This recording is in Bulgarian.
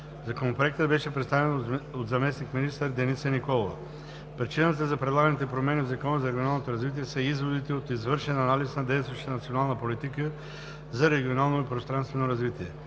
Законопроектът беше представен от заместник-министър Деница Николова. Причина за предлаганите промени в Закона за регионалното развитие са изводите от извършен анализ на действащата национална политика за регионално и пространствено развитие.